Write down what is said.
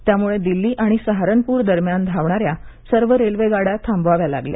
त्यामुळे दिल्ली आणि सहारणपूर दरम्यान धावणाऱ्या सर्व रेल्वेगाड्या थांबवाव्या लागल्या